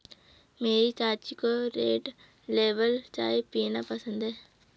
मेरी चाची को रेड लेबल चाय पीना पसंद है